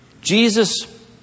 Jesus